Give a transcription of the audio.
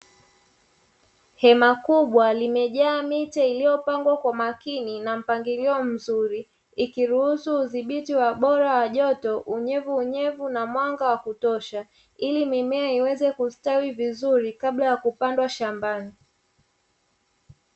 Hema kubwa limejaa miche iliyopangwa kwa umakini na mpangilio mzuri, ikiruhusu udhibiti bora wa joto, unyevuunyevu na mwanga wa kutosha, ili mimea iweze kustawi vizuri kabla ya kupandwa shambani.